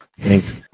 Thanks